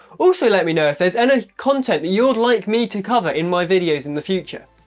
also let me know if there's any content you'd like me to cover in my videos in the future.